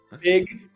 big